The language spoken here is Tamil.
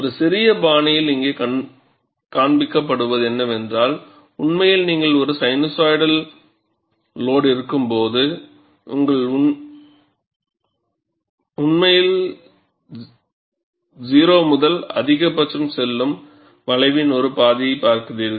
ஒரு சிறிய பாணியில் இங்கே காண்பிக்கப்படுவது என்னவென்றால் உண்மையில் நீங்கள் ஒரு சைனூசாய்டல் லோடு இருக்கும்போது நீங்கள் உண்மையில் 0 முதல் அதிகபட்சம் செல்லும் வளைவின் ஒரு பாதியைப் பார்க்கிறீர்கள்